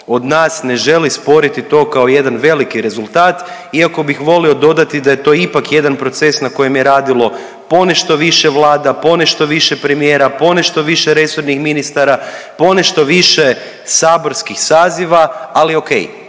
od nas ne želi sporiti to kao jedan veliki rezultat, iako bih volio dodati da je to ipak jedan proces na kojem je radilo ponešto više vlada, ponešto više premijera, ponešto više resornih ministara, ponešto više saborskih saziva, ali o.k.